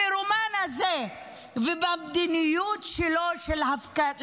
הפירומן הזה ובמדיניות שלו של הפקרה,